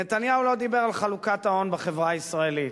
נתניהו לא דיבר על חלוקת ההון בחברה הישראלית,